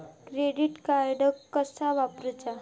Credit card कसा वापरूचा?